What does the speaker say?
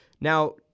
Now